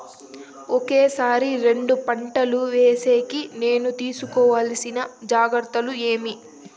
ఒకే సారి రెండు పంటలు వేసేకి నేను తీసుకోవాల్సిన జాగ్రత్తలు ఏమి?